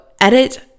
edit